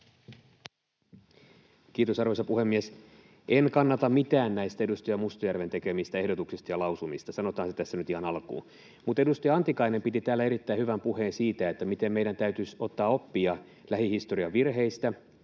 Kiitos, arvoisa puhemies! En kannata mitään näistä edustaja Mustajärven tekemistä ehdotuksista ja lausumista. Sanotaan se tässä nyt ihan alkuun. Mutta edustaja Antikainen piti täällä erittäin hyvän puheen siitä, miten meidän täytyisi ottaa oppia lähihistorian virheistä,